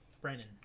Brandon